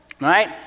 Right